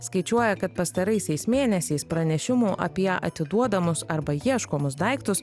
skaičiuoja kad pastaraisiais mėnesiais pranešimų apie atiduodamus arba ieškomus daiktus